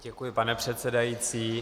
Děkuji, pane předsedající.